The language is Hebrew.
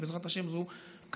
ובעזרת השם זו כוונתי.